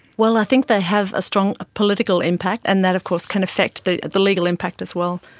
well, i think they have a strong ah political impact, and that of course can affect the the legal impact as well,